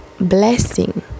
blessing